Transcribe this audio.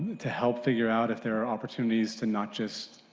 to help figure out if there are opportunities to not just,